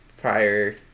prior